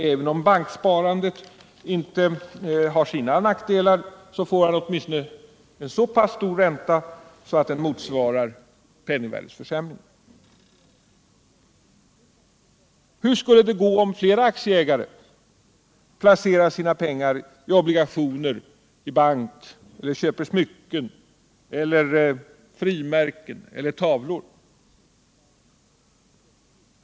Även om banksparandet har sina nackdelar får han åtminstone så pass stor ränta att den motsvarar penningvärdeförsämringen. Hur skulle det gå om allt flera aktieägare placerar sina pengar i obligationer eller banker, köper smycken, frimärken eller tavlor?